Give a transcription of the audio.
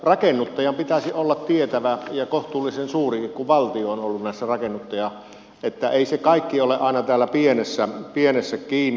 rakennuttajan pitäisi olla tietävä ja kohtuullisen suurikin kun valtio on ollut näissä rakennuttaja että ei se kaikki ole aina täällä pienessä kiinni